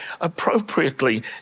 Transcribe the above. appropriately